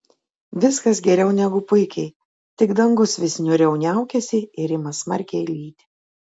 viskas geriau negu puikiai tik dangus vis niūriau niaukiasi ir ima smarkiai lyti